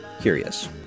curious